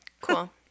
cool